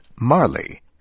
Marley